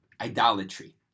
idolatry